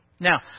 Now